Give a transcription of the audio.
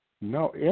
no